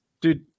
dude